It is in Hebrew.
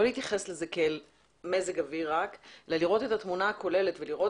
לא להתייחס לזה רק כאל מזג אוויר אלא לראות את התמונה הכוללת ולראות